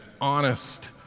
honest